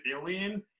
Alien